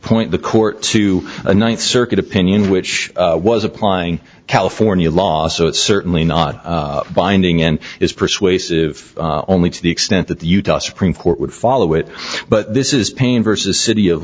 point the court to the ninth circuit opinion which was applying california law so it's certainly not binding and is persuasive only to the extent that the utah supreme court would follow it but this is pain versus city of